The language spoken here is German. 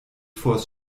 vors